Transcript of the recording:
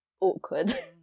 awkward